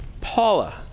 Paula